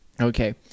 Okay